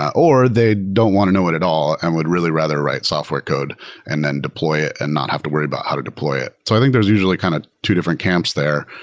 or they don't want to know it at all and would really rather write software code and then deploy it and not have to worry about how to deploy it. i think there's usually kind of two different camps there.